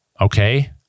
Okay